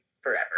forever